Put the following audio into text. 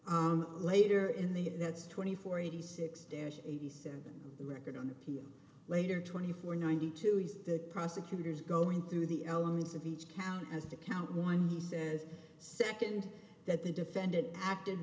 field later in the that's twenty four eighty six dash eighty seven the record on appeal later twenty four ninety two is the prosecutors going through the elements of each count as to count one he says second that the defendant acted